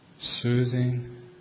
soothing